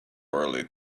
early